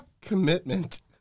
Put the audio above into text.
Commitment